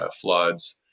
floods